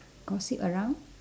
gossip around